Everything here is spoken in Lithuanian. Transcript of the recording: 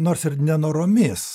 nors ir nenoromis